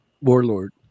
Warlord